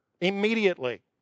immediately